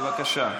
בבקשה.